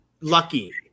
lucky